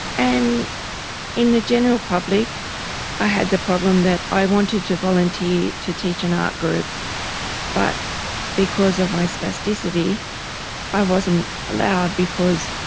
and in the general public i had the problem that i wanted to volunteer to teach an art group but because of my spasticity i wasn't allowed because